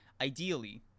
ideally